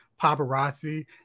paparazzi